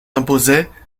imposait